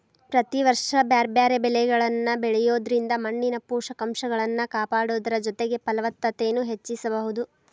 ಪ್ರತಿ ವರ್ಷ ಬ್ಯಾರ್ಬ್ಯಾರೇ ಬೇಲಿಗಳನ್ನ ಬೆಳಿಯೋದ್ರಿಂದ ಮಣ್ಣಿನ ಪೋಷಕಂಶಗಳನ್ನ ಕಾಪಾಡೋದರ ಜೊತೆಗೆ ಫಲವತ್ತತೆನು ಹೆಚ್ಚಿಸಬೋದು